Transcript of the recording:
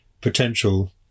potential